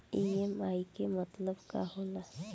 EMI के मतलब का होला?